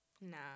nah